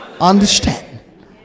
Understand